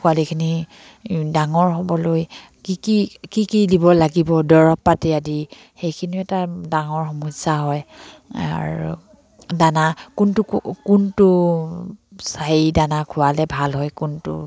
পোৱালিখিনি ডাঙৰ হ'বলৈ কি কি কি কি দিব লাগিব দৰৱ পাতি আদি সেইখিনিও এটা ডাঙৰ সমস্যা হয় আৰু দানা কোনটো কোনটো হেই দানা খোৱালে ভাল হয় কোনটো